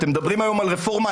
אתם מדברים על רפורמה,